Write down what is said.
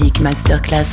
Masterclass